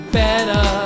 better